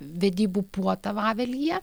vedybų puotą vavelyje